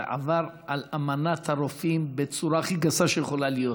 זה עבר על אמנת הרופאים בצורה הכי גסה שיכולה להיות.